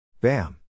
Bam